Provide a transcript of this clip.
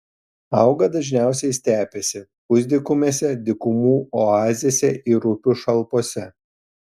auga dažniausiai stepėse pusdykumėse dykumų oazėse ir upių šalpose